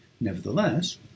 Nevertheless